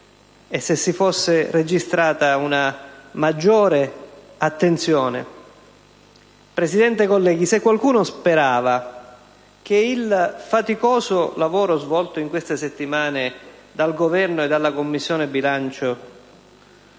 e se si fosse registrata una maggior attenzione. Presidente, colleghi, se qualcuno sperava che il faticoso lavoro svolto in queste settimane dal Governo e dalla Commissione bilancio